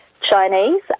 Chinese